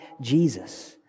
Jesus